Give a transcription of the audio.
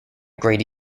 grady